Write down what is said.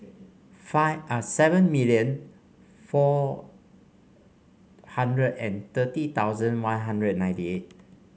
five seven million four hundred and thirty thousand One Hundred and ninety eight